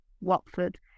Watford